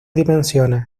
dimensiones